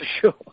sure